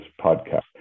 podcast